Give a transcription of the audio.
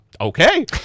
okay